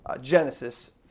Genesis